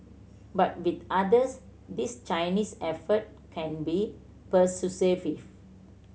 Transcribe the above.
but with others these Chinese effort can be persuasive